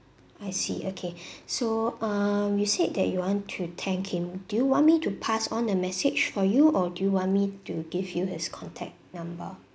I see okay so um you said that you want to thank him do you want me to pass on the message for you or do you want me to give you his contact number